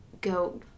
go